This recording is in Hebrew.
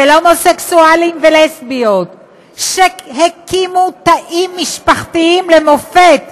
של הומוסקסואלים ולסביות שהקימו תאים משפחתיים למופת,